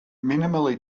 minimally